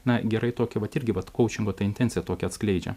na gerai tokia vat irgi vat ko kaučingo tą intencija tokia atskleidžia